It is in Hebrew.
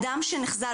אדם שנחזה,